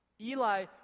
Eli